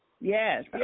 Yes